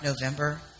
November